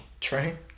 Train